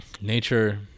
nature